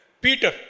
Peter